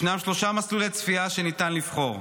ישנם שלושה מסלולי צפייה שניתן לבחור: